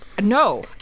no